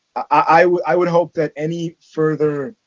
i would hope that any further,